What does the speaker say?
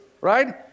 Right